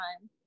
time